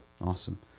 Awesome